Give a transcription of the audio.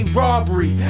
robbery